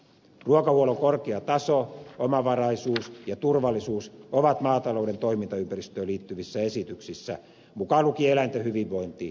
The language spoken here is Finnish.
ruokahuollon korkea taso omavaraisuus ja turvallisuus ovat maatalouden toimintaympäristöön liittyvissä esityksissä mukaan lukien eläinten hyvinvointi ensisijaisia